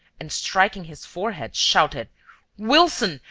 and, striking his forehead, shouted wilson,